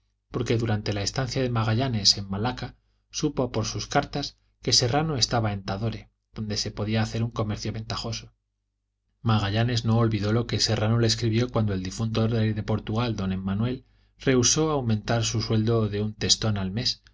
porque durante la estancia de magallanes en malaca supo por sus cartas que serrano estaba en tadore donde se podía hacer un comercio ventajoso magallanes no olvidó lo que serrano le escribió cuando el difunto rey de portugal d emanuel rehusó aumentar su sueldo en un testor al mes